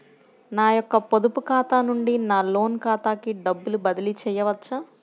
నా యొక్క పొదుపు ఖాతా నుండి నా లోన్ ఖాతాకి డబ్బులు బదిలీ చేయవచ్చా?